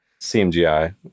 CMGI